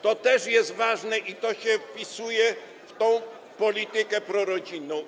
To też jest ważne i to się wpisuje w tę politykę prorodzinną.